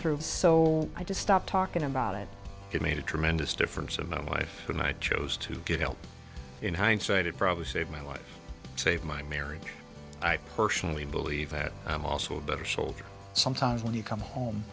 through so i just stopped talking about it it made a tremendous difference in my life when i chose to get help in hindsight it probably saved my life save my marriage i personally believe that i'm also a better soldier sometimes when you come home